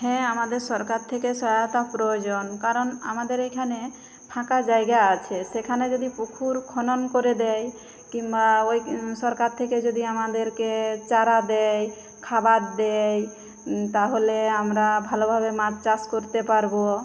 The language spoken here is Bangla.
হ্যাঁ আমাদের সরকার থেকে সহায়তা প্রয়োজন কারণ আমাদের এখানে ফাঁকা জায়গা আছে সেখানে যদি পুকুর খনন করে দেয় কিংবা ওই সরকার থেকে যদি আমাদেরকে চারা দেয় খাবার দেয় তাহলে আমরা ভালোভাবে মাছ চাষ করতে পারবো